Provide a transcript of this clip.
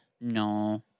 No